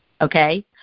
okay